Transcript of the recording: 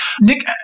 Nick